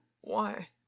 Why